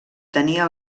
tenia